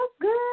good